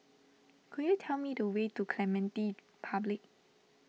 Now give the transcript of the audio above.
could you tell me the way to Clementi Public